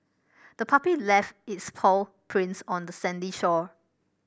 the puppy left its paw prints on the sandy shore